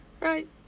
right